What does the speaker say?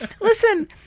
Listen